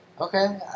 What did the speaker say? Okay